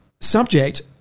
subject